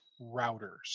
routers